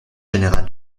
général